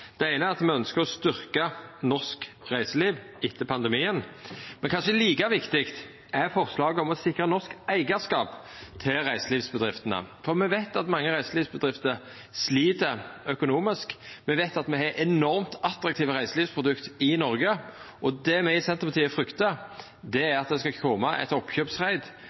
Det eine er at me ønskjer å styrkja norsk reiseliv etter pandemien, men kanskje like viktig er forslaget om å sikra norsk eigarskap til reiselivsbedriftene. Me veit at mange reiselivsbedrifter slit økonomisk, og me veit at me har enormt attraktive reiselivsprodukt i Noreg, og det me i Senterpartiet fryktar, er at det skal koma eit